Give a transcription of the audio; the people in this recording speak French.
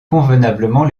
convenablement